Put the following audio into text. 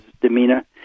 demeanor